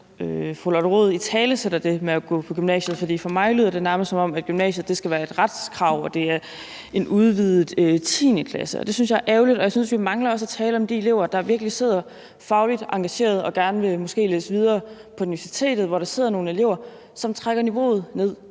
fru Lotte Rod italesætter det med at gå på gymnasiet på, for for mig lyder det nærmest, som om gymnasiet skal være et retskrav og er en udvidet 10. klasse. Det synes jeg er ærgerligt, og jeg synes også, vi mangler at tale om de elever, der sidder og virkelig er fagligt engagerede og måske gerne vil læse videre på universitetet, men hvor der også sidder nogle elever, som trækker niveauet ned